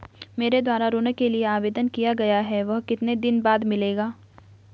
मेरे द्वारा ऋण के लिए आवेदन किया गया है वह कितने दिन बाद मिलेगा?